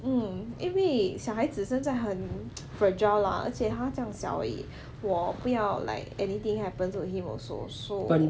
mm 因为小孩子现在很 fragile lah 而且他酱小而已我不要 like anything happens on him also so